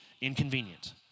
inconvenient